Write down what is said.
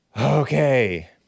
Okay